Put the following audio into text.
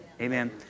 Amen